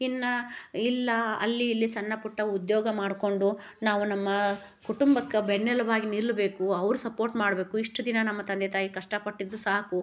ಇನ್ನು ಇಲ್ಲ ಅಲ್ಲಿ ಇಲ್ಲಿ ಸಣ್ಣ ಪುಟ್ಟ ಉದ್ಯೋಗ ಮಾಡಿಕೊಂಡು ನಾವು ನಮ್ಮ ಕುಟುಂಬಕ್ಕೆ ಬೆನ್ನುಲುಬಾಗಿ ನಿಲ್ಲಬೇಕು ಅವ್ರ ಸಪೋರ್ಟ್ ಮಾಡಬೇಕು ಇಷ್ಟು ದಿನ ನಮ್ಮ ತಂದೆ ತಾಯಿ ಕಷ್ಟಪಟ್ಟಿದ್ದು ಸಾಕು